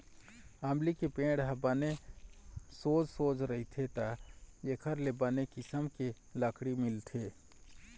अमली के पेड़ ह बने सोझ सोझ रहिथे त एखर ले बने किसम के लकड़ी मिलथे